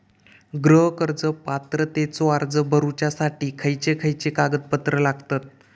गृह कर्ज पात्रतेचो अर्ज भरुच्यासाठी खयचे खयचे कागदपत्र लागतत?